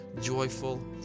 joyful